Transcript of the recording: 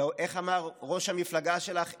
איך אמר ראש המפלגה שלך?